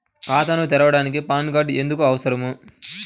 ఖాతాను తెరవడానికి PAN card ఎందుకు అవసరము?